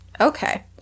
Okay